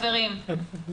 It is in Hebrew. חברים.